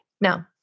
No